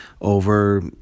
over